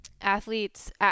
athletes